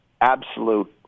absolute